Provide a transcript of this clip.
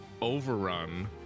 overrun